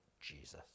Jesus